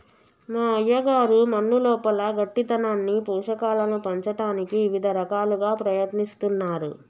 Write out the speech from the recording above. మా అయ్యగారు మన్నులోపల గట్టితనాన్ని పోషకాలను పంచటానికి ఇవిద రకాలుగా ప్రయత్నిస్తున్నారు